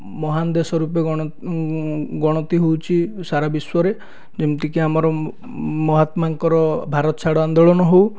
ମହାନ ଦେଶ ରୂପେ ଗଣତି ହେଉଛି ସାରା ବିଶ୍ୱରେ ଯେମିତି କି ଆମର ମହାତ୍ମାଙ୍କର ଭାରତ ଛାଡ଼ ଆନ୍ଦୋଳନ ହେଉ